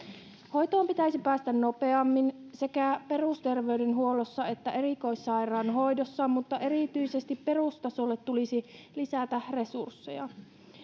hoitoon pitäisi päästä nopeammin sekä perusterveydenhuollossa että erikoissairaanhoidossa mutta erityisesti perustasolle tulisi lisätä resursseja